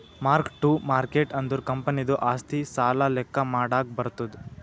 mark ಟ್ಟು market ಅಂದುರ್ ಕಂಪನಿದು ಆಸ್ತಿ, ಸಾಲ ಲೆಕ್ಕಾ ಮಾಡಾಗ್ ಬರ್ತುದ್